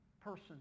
person